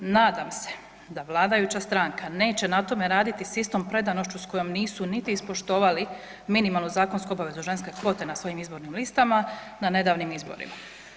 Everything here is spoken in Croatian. Nadam se da vladajuća stranka neće na tome raditi s istom predanošću s kojom nisu niti ispoštovali minimalnu zakonsku obavezu, ženske kvote na svojim izbornim listama na nedavnim izborima.